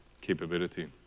capability